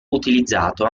utilizzato